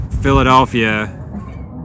Philadelphia